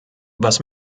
was